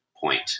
point